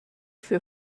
für